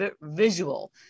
visual